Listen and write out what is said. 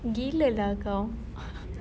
gila lah engkau